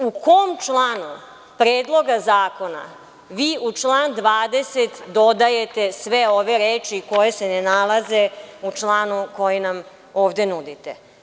U kom članu Predloga zakona vi u član 20. dodajte sve ove reči koje se ne nalaze u članu koji nam ovde nudite?